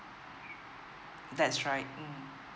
that's right um